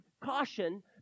caution